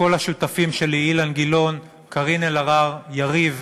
לכל השותפים שלי, אילן גילאון, קארין אלהרר, יריב